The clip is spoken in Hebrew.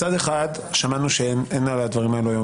מצד אחד שמענו שעל הדברים האלה אין